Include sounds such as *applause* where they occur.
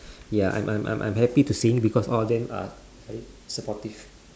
*breath* ya I'm I'm I'm I'm happy to sing because all of them are very supportive